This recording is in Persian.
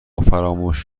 فراموش